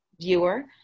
viewer